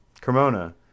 Cremona